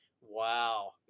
Wow